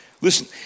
Listen